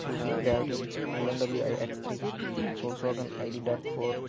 lucid gravity BMW ix three Volkswagen ID dot four